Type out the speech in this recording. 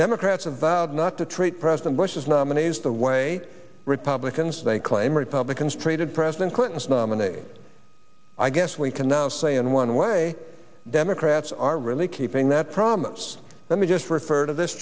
democrats have vowed not to treat president bush's nominees the way republicans they claim republicans treated president clinton's nominee i guess we can now say in one way democrats are really keeping that promise let me just refer to this